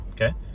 Okay